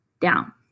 down